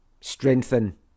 strengthen